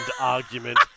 argument